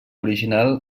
original